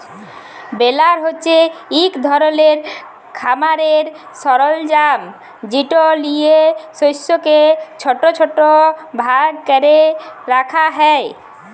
বেলার হছে ইক ধরলের খামারের সরলজাম যেট লিঁয়ে শস্যকে ছট ছট ভাগ ক্যরে রাখা হ্যয়